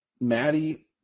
Maddie